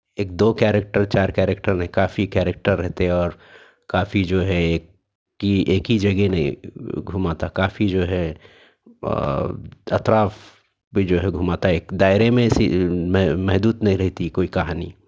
ایک دو کیریکٹر چار کیریکٹر نہیں کافی کیریکٹر رہتے اور کافی جو ہے ایک کہ ایک ہی جگہ نہیں گھماتا کافی جو ہے اطراف پہ جو ہے گھماتا ایک دائرے میں سے محدود نہیں رہتی کوئی کہانی